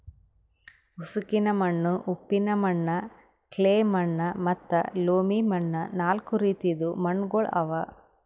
ಉಸುಕಿನ ಮಣ್ಣ, ಉಪ್ಪಿನ ಮಣ್ಣ, ಕ್ಲೇ ಮಣ್ಣ ಮತ್ತ ಲೋಮಿ ಮಣ್ಣ ನಾಲ್ಕು ರೀತಿದು ಮಣ್ಣುಗೊಳ್ ಅವಾ